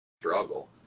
struggle